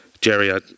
Jerry